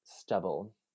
Stubble